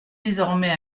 désormais